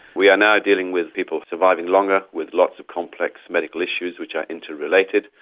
we are now dealing with people surviving longer with lots of complex medical issues, which are interrelated.